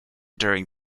during